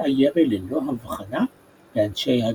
וביצעה ירי ללא הבחנה באנשי הגטו.